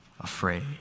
afraid